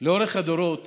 לאורך הדורות